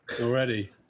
Already